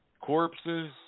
corpses